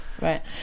right